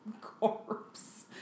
corpse